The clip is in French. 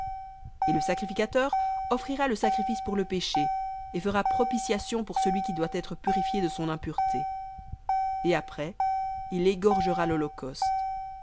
et le sacrificateur offrira le sacrifice pour le péché et fera propitiation pour celui qui doit être purifié de son impureté et après il égorgera lholocauste et le